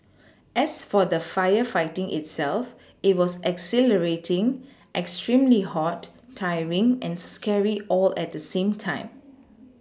as for the firefighting itself it was exhilarating extremely hot tiring and scary all at the same time